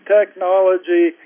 technology